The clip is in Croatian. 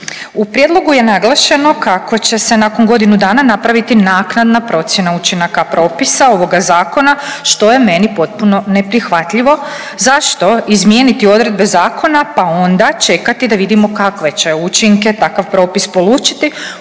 U prijedlogu je naglašeno kako će se nakon godinu dana napraviti naknadna procjena učinaka propisa ovoga zakona, što je meni potpuno neprihvatljivo, zašto izmijeniti odredbe zakona, pa onda čekati da vidimo kakve će učinke takav propis polučiti